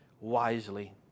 wisely